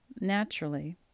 Naturally